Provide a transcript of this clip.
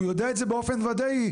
הוא יודע את זה באופן וודאי,